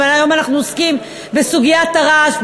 אבל היום אנחנו עוסקים בסוגיית הרעש,